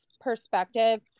perspective